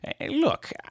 Look